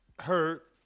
hurt